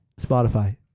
Spotify